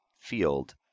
field